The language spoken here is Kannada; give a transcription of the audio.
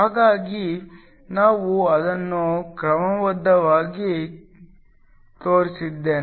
ಹಾಗಾಗಿ ನಾನು ಅದನ್ನು ಕ್ರಮಬದ್ಧವಾಗಿ ತೋರಿಸಿದ್ದೇನೆ